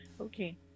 Okay